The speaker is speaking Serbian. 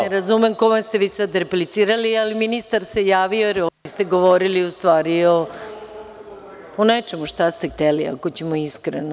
Ne razumem kome ste vi sada replicirali, ali ministar se javio jer ste govori u stvari o nečemu, šta ste hteli, ako ćemo iskreno.